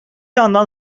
yandan